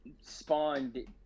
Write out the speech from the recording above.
spawned